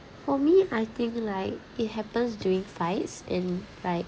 for me I think like it happens during fights and like